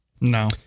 No